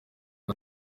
ari